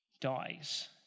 dies